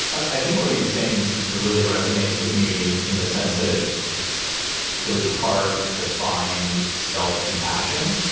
i think what he's saying really resonates with me in the sense that it it was hard to find self compassion.